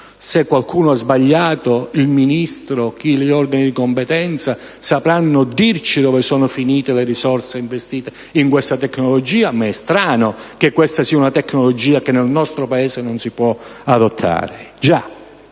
Se qualcuno ha sbagliato, il Ministro e gli organi di competenza sapranno dirci dove sono finite le risorse in questa tecnologia. Ma è strano che questa sia una tecnologia che nel nostro Paese non si può adottare.